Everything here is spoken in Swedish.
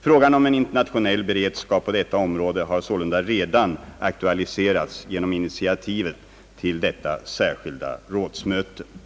Frågan om en internationell beredskap på detta område har sålunda redan aktualiserats genom initiativet till det särskilda rådsmötet inom IMCO.